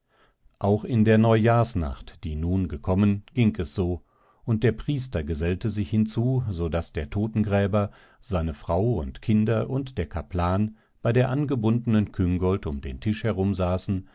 auch in der neujahrsnacht die nun gekommen ging es so und der priester gesellte sich hinzu so daß der totengräber seine frau und kinder und der kaplan bei der angebundenen küngolt um den tisch herum